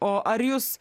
o ar jūs